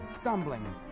stumbling